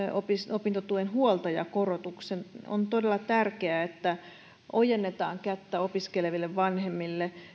opintotuen huoltajakorotuksen on todella tärkeää että ojennetaan kättä opiskeleville vanhemmille